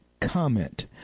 comment